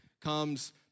comes